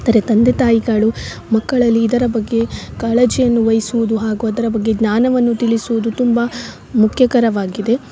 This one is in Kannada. ಆದರೆ ತಂದೆ ತಾಯಿಗಳು ಮಕ್ಕಳಲ್ಲಿ ಇದರ ಬಗ್ಗೆ ಕಾಳಜಿಯನ್ನು ವಹಿಸುವುದು ಹಾಗು ಅದರ ಬಗ್ಗೆ ಜ್ಞಾನವನ್ನು ತಿಳಿಸುವುದು ತುಂಬ ಮುಖ್ಯಕರವಾಗಿದೆ